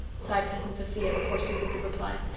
sighed cousin sophia before susan could reply.